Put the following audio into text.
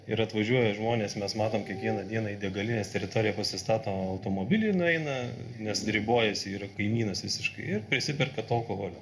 ir atvažiuoja žmonės mes matom kiekvieną dieną į degalinės teritoriją pasistato automobilį nueina nes ribojasi yra kaimynas visiškai ir prisiperka to alkoholio